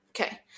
Okay